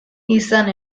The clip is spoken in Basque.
izan